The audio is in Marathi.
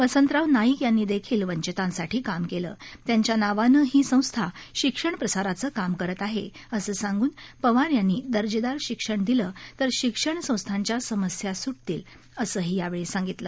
वसंतराव नाईक यांनी देखील वंचितांसाठी काम केले त्यांच्या नावाने ही संस्था शिक्षण प्रसाराचे काम करीत आहे असे सांगून पवार यांनी दर्जेदार शिक्षण दिल्यास शिक्षण संस्थाच्या समस्या स्टतील असेही पवार म्हणाले